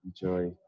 enjoy